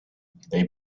they